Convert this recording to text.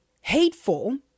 hateful